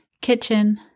kitchen